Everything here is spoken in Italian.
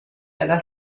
della